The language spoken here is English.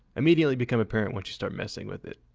immediately become apparent once you start messing with it.